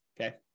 Okay